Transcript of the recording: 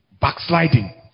Backsliding